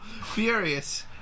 furious